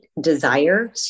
desire